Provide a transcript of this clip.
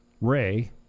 Ray